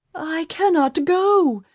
i cannot go,